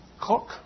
cook